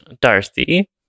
Darcy